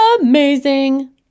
amazing